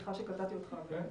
וסליחה שקטעתי אותך, בבקשה.